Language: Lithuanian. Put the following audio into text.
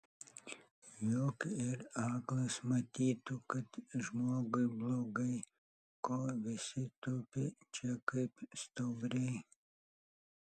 juk ir aklas matytų kad žmogui blogai ko visi tupi čia kaip stuobriai